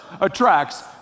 attracts